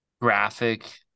graphic